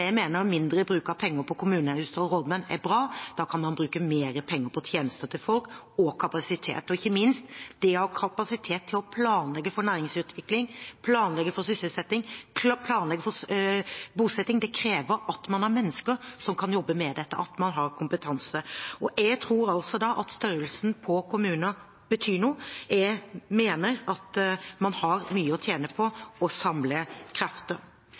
Jeg mener at mindre bruk av penger på kommunehus og rådmenn er bra. Da kan man bruke mer penger på tjenester til folk og kapasitet. Ikke minst det å ha kapasitet til å planlegge for næringsutvikling, sysselsetting og bosetting krever at man har mennesker som kan jobbe med dette, at man har kompetanse. Jeg tror da at størrelsen på kommunene betyr noe. Jeg mener at man har mye å tjene på å samle krefter.